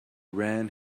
ran